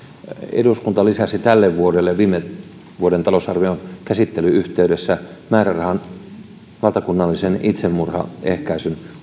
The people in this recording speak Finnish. eduskunta lisäsi tälle vuodelle viime vuoden talousarvion käsittelyn yhteydessä määrärahan valtakunnalliselle itsemurhien ehkäisyn